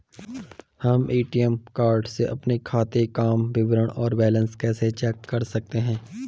हम ATM card से अपने खाते काम विवरण और बैलेंस कैसे चेक कर सकते हैं?